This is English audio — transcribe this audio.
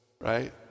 right